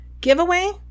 giveaway